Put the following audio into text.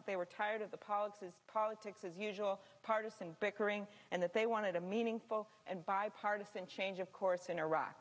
that they were tired of the politics is politics as usual partisan bickering and that they wanted a meaningful and bipartisan change of course in iraq